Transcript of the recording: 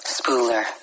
Spooler